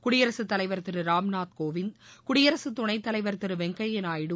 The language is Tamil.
குடியரசு தலைவர் திரு ராம்நாத் கோவிந்த் குடியரசு துணைத் தலைவர் திரு வெங்கப்ய நாயுடு